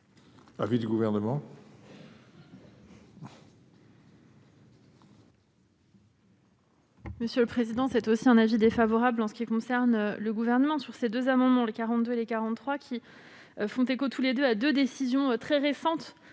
l'avis du Gouvernement ?